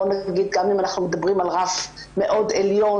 גם אם אנחנו מדברים על רף מאוד עליון,